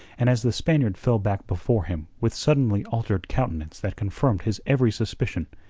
and as the spaniard fell back before him with suddenly altered countenance that confirmed his every suspicion,